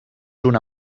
una